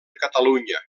catalunya